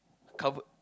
cupboard